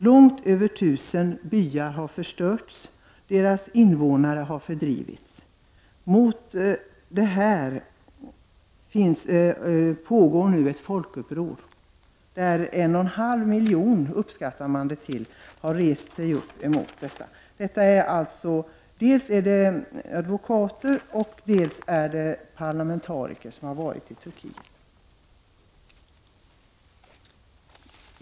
Långt över 1 000 byar har förstörts, och deras innevånare har fördrivits. Emot detta pågår nu ett folkuppror, och man uppskattar att 1,5 miljoner människor har rest sig upp mot detta. De som har varit i Turkiet är dels advokater, dels parlamentariker.